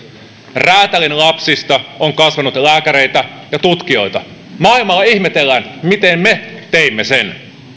räätälin lapsista on kasvanut lääkäreitä ja tutkijoita maailmalla ihmetellään miten me teimme sen